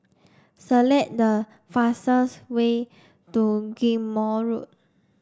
select the fastest way to Ghim Moh Road